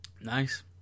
Nice